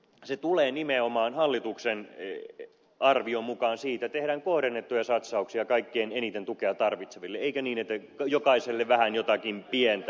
se tulee nimenomaan hallituksen arvion mukaan siitä että tehdään kohdennettuja satsauksia kaikkein eniten tukea tarvitseville eikä niin että jokaiselle vähän jotakin pientä